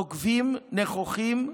נוקבים, נכוחים,